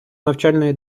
навчальної